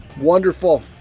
Wonderful